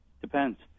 Depends